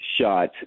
shot